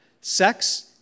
Sex